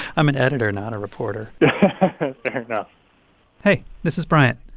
i'm an editor, not a reporter fair enough hey, this is bryant.